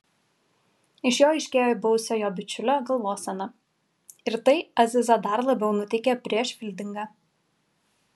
iš jo aiškėjo buvusio jo bičiulio galvosena ir tai azizą dar labiau nuteikė prieš fildingą